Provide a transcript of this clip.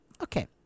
Okay